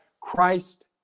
Christ